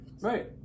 right